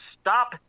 stop